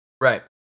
Right